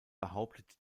behauptet